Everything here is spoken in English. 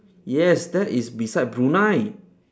yes that is beside brunei